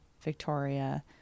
Victoria